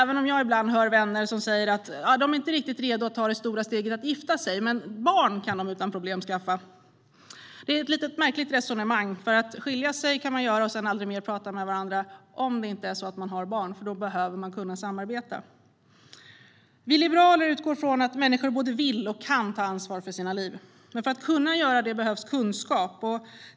Jag hör ibland vänner säga att de inte riktigt är redo att ta det stora steget att gifta sig, men barn kan de utan problem skaffa. Det är ett lite märkligt resonemang. Skilja sig kan man göra och sedan aldrig mer prata med varandra - om man inte har barn, för då behöver man kunna samarbeta. Ökad reglering av barns underhåll utanför underhålls-stödet Vi liberaler utgår från att människor både vill och kan ta ansvar för sina liv. Men för att kunna göra det behövs kunskap.